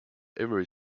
every